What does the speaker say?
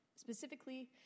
specifically